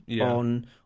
on